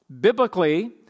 biblically